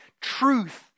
truth